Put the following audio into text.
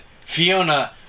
Fiona